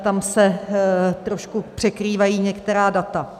Tam se trošku překrývají některá data.